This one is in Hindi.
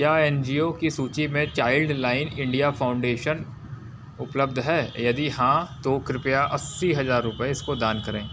क्या एन जी ओ कि सूची में चाइल्ड लैन इंडिया फौंडेशन उपलब्ध है यदि हाँ तो कृपया अस्सी हज़ार रुपये इसको दान करें